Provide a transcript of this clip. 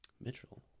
Mitchell